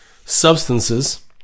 substances